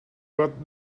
got